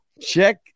check